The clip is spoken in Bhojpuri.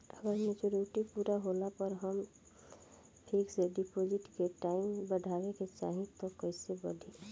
अगर मेचूरिटि पूरा होला पर हम फिक्स डिपॉज़िट के टाइम बढ़ावे के चाहिए त कैसे बढ़ी?